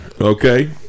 okay